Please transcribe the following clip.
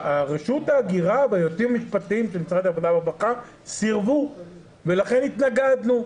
רשות ההגירה והיועצים המשפטיים של משרד העבודה והרווחה ולכן התנגדנו,